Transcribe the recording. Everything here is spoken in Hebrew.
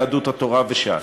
יהדות התורה וש"ס,